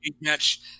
Match